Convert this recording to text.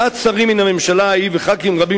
מעט שרים מהממשלה ההיא וחברי כנסת רבים